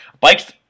bikes